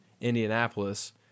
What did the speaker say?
Indianapolis